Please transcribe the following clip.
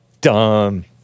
Dumb